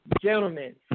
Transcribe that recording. Gentlemen